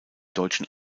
deutschen